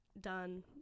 done